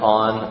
on